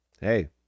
hey